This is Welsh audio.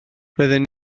roedden